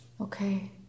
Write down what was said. Okay